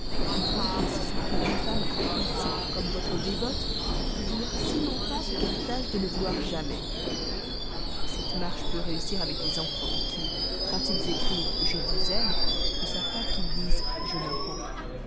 remette voyez si surtout une femme à principes comme votre dévote peut vouloir si longtemps ce qu'elle tâche de ne vouloir jamais cette marche peut réussir avec des enfants qui quand ils écrivent je vous aime ne savent pas qu'ils disent je me rends